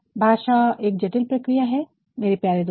भाषा एक जटिल प्रक्रिया है मेरे प्यारे दोस्तों